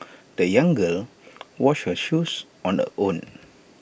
the young girl washed her shoes on her own